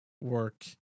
work